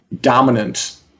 dominant